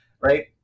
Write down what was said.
right